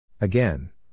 Again